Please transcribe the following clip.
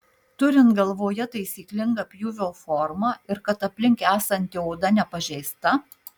turint galvoje taisyklingą pjūvio formą ir kad aplink esanti oda nepažeista